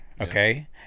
okay